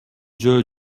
жөө